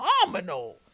phenomenal